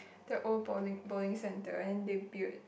the old bowling bowling center and they build